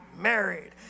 married